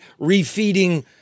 refeeding